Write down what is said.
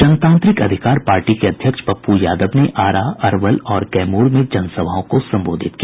जनतांत्रिक अधिकार पार्टी के अध्यक्ष पप्पू यादव ने आरा अरवल और कैमूर में जन सभाओं को संबोधित किया